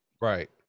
Right